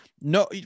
No